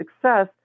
success